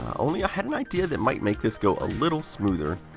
only i had an idea that might make this go a little smoother.